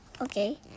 Okay